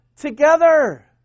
together